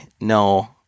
no